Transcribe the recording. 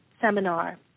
seminar